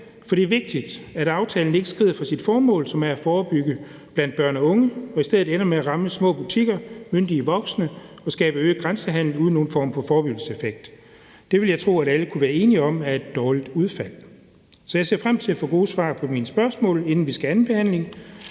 for det er vigtigt, at aftalen ikke skrider fra sit formål, som er at forebygge blandt børn og unge. Hvis det her ender med at ramme små butikker, myndige voksne og skabe øget grænsehandel uden nogen form for forebyggelseseffekt, ville jeg tro, at alle kunne være enige om, at det er et dårligt udfald. Så jeg ser frem til at få gode svar på mine spørgsmål, inden vi skal til andenbehandlingen,